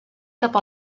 cap